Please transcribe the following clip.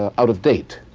ah out of date.